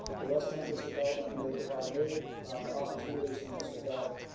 the west campus development may provide new opportunities in this regard.